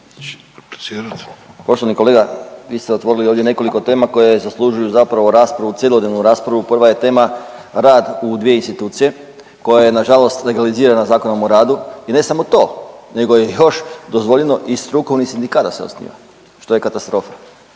Poštovani kolega vi ste otvorili ovdje nekoliko tema koje zaslužuju zapravo raspravu, cjelodnevnu raspravu. Prva je tema rad u dvije institucije koja je nažalost legalizirana Zakonom o radu i ne samo to nego je još dozvoljeni i strukovni sindikat da se osniva što je katastrofa,